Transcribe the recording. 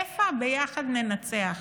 איפה ה"ביחד ננצח"?